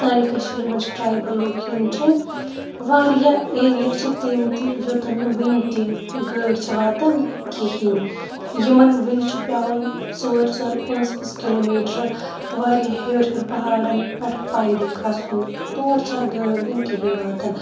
سانہِ کٔشیٖر مَنٛز چھِ ٹرایبَل لُکھ یِم چھِ واریاہ ایریا چھِ تِم تہِ یوٚتَن نہٕ وٕنہِ تہِ گٲڑۍ چھِ واتان کِہیٖنۍ یِمَن وٕنہِ چھُ پیٚوان ژور ژور پانٛژھ پانٛژھ کِلوٗمیٖٹَر واریاہ ہیٚور ہیٚور پَہاڑن پیٚٹھ پَیدٔل کھَسُن تور چھَنہٕ گٲڑۍ وٕنہِ کِہیٖنۍ واتان